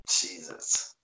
Jesus